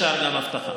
בין השאר גם אבטחה.